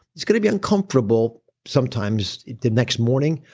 it's going to be uncomfortable sometimes the next morning,